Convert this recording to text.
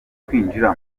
kwinjira